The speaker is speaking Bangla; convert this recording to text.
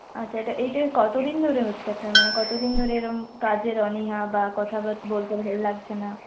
আচ্ছা এটা কত দিন ধরে হচ্ছে আপনার মানে কত দিন ধরে এরম কাজের অনিহা বা কথা বলতে ভালো লাগছে না